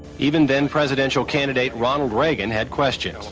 even then, presidential candidate ronald reagan had questions.